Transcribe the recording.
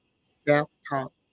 self-talk